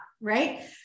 Right